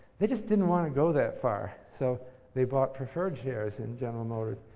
they just didn't want to go that far, so they bought preferred shares in general motors.